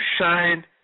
shine